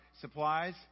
supplies